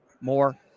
more